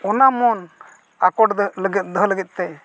ᱚᱱᱟ ᱢᱚᱱ ᱟᱠᱚᱴ ᱞᱟᱹᱜᱤᱫ ᱫᱚᱦᱚ ᱞᱟᱹᱜᱤᱫ ᱛᱮ